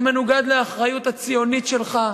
זה מנוגד לאחריות הציונית שלך,